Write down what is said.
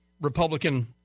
Republican